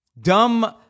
dumb